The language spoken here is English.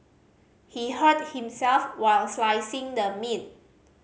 he hurt himself while slicing the meat